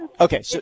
okay